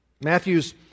Matthew's